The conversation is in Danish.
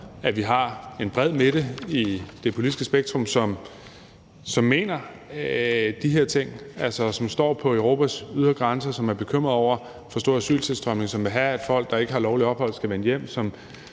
at vi har en bred midte i det politiske spektrum, som mener de her ting, som altså står på Europas ydre grænser, som er bekymrede over for stor asyltilstrømning, som vil have, at folk, der ikke har lovligt ophold, skal vende hjem,